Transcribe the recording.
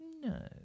No